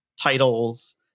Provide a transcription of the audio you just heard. titles